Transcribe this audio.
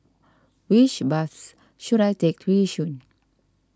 which bus should I take to Yishun